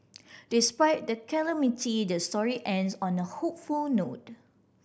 despite the calamity the story ends on a hopeful note